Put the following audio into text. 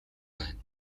байна